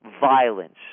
violence